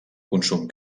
consum